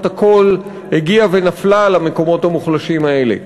הכול הגיעה ונפלה על המקומות המוחלשים האלה.